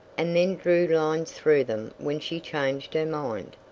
and then drew lines through them when she changed her mind.